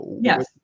Yes